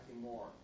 more